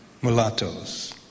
mulattoes